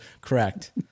correct